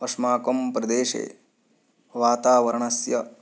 अस्माकं प्रदेशे वातावरणस्य